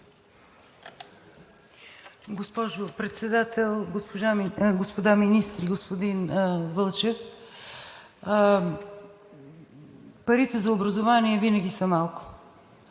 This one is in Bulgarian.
Госпожо Председател, господа министри! Господин Вълчев, парите за образование винаги са малко,